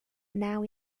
now